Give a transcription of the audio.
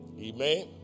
Amen